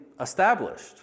established